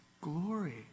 glory